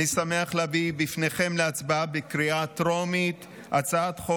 אני שמח להביא בפניכם להצבעה בקריאה טרומית הצעת חוק